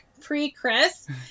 pre-Chris